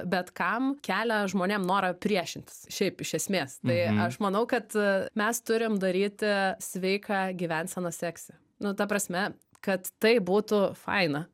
bet kam kelia žmonėm norą priešintis šiaip iš esmės tai aš manau kad e mes turim daryti sveiką gyvenseną seksi nu ta prasme kad tai būtų faina